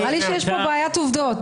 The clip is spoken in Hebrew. נראה לי שיש פה בעיית עובדות.